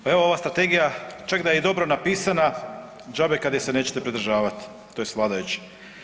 Pa evo ova strategija, čak i da je dobro napisana, džabe kad je se nećete pridržavati, tj. vladajući.